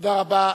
תודה רבה.